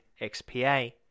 XPA